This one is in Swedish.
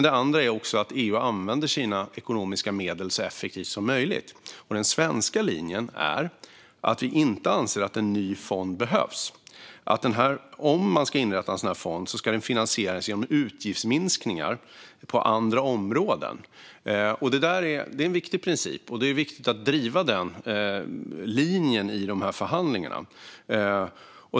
Det andra är att EU också använder sina ekonomiska medel så effektivt som möjligt. Den svenska linjen är att vi inte anser att en ny fond behövs. Om man ska inrätta en sådan fond ska den finansieras genom utgiftsminskningar på andra områden. Detta är en viktig princip, och det är viktigt att driva den linjen i dessa förhandlingar.